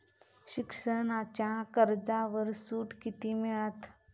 शिक्षणाच्या कर्जावर सूट किती मिळात?